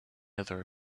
other